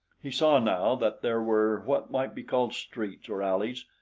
he saw now that there were what might be called streets or alleys,